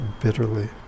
bitterly